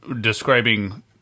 describing